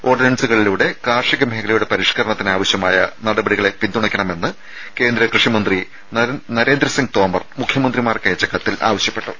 ഓർഡിനൻസുകളിലൂടെ കാർഷിക മേഖലയുടെ പരിഷ്കരണത്തിന് ആവശ്യമായ നടപടികളെ പിന്തുണയ്ക്കണമെന്ന് കേന്ദ്രകൃഷിമന്ത്രി നരേന്ദ്രസിംഗ് തോമർ മുഖ്യമന്ത്രിമാർക്കയച്ച കത്തിൽ ആവശ്യപ്പെട്ടു